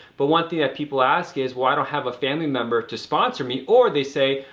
but one thing that people ask is, well i don't have a family member to sponsor me? or they say,